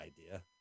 idea